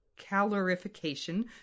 calorification